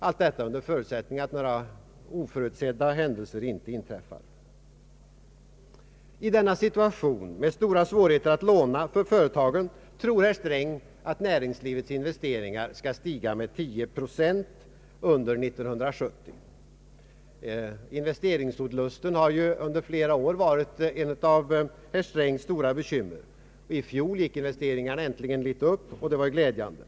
Allt detta gäller under förutsättning att några oförutsedda händelser inte inträffar. I denna situation med stora svårigheter för företagen att låna tror herr Sträng, att näringslivets investeringar skall stiga med 10 procent under 1970. Investeringsolusten har ju under flera år varit ett av herr Strängs stora bekymmer. I fjol gick investeringarna äntligen upp något, och det var glädjande.